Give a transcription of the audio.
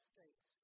States